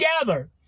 together